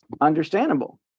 understandable